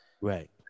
Right